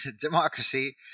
democracy